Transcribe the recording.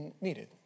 needed